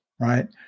right